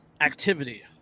activity